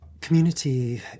Community